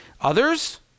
Others